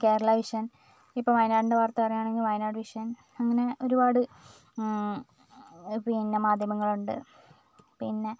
Kerala vision ഇപ്പോൾ വയനാടിൻ്റെ വാർത്ത അറിയണമെങ്കിൽ വയനാട് വിഷൻ അങ്ങനെ ഒരുപാട് പിന്നെ മാധ്യമങ്ങളുണ്ട് പിന്നെ